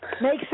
Makes